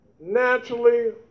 Naturally